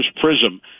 prism